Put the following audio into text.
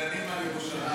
כשדנים על ירושלים?